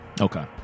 Okay